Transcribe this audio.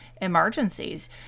emergencies